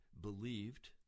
believed